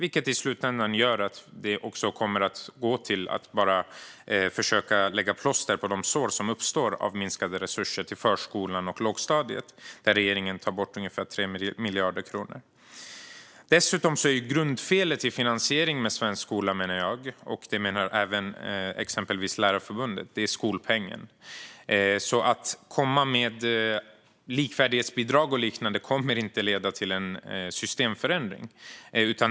I slutändan blir det bara som att försöka lägga plåster på de sår som uppstår av minskade resurser till förskolan och lågstadiet, där regeringen tar bort ungefär 3 miljarder kronor. Dessutom menar jag, och även exempelvis Lärarförbundet, att grundfelet i den svenska skolans finansiering är skolpengen. Att komma med likvärdighetsbidrag och liknande kommer inte att leda till en systemförändring.